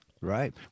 Right